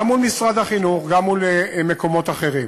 גם מול משרד החינוך, גם מול מקומות אחרים.